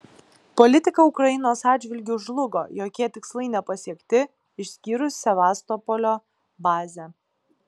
politika ukrainos atžvilgiu žlugo jokie tikslai nepasiekti išskyrus sevastopolio bazę